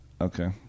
Okay